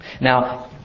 Now